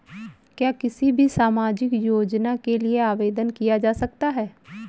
क्या किसी भी सामाजिक योजना के लिए आवेदन किया जा सकता है?